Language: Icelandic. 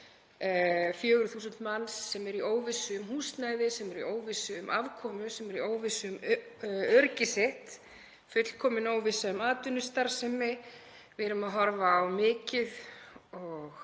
4.000 manns sem eru í óvissu um húsnæði, sem eru í óvissu um afkomu, sem eru í óvissu um öryggi sitt, fullkomin óvissa um atvinnustarfsemi. Við erum að horfa á mikið og